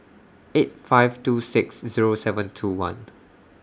eight five two six Zero seven two one